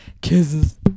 Kisses